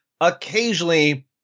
occasionally